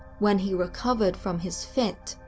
when he recovered from his fit,